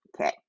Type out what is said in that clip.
Okay